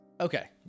Okay